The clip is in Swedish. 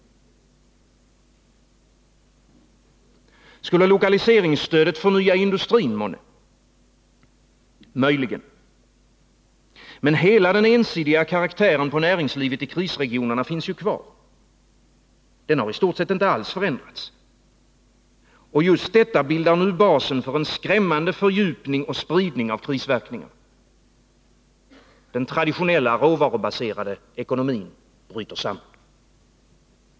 Skulle lokaliseringsstödet månne förnya industrin? Möjligen. Men hela den ensidiga karaktären på näringslivet i krisregionerna finns ju kvar. Den har i stort sett inte alls förändrats. Och just detta bildar nu basen för en skrämmande fördjupning och spridning av krisverkningarna. Den traditionella råvarubaserade ekonomin bryter samman.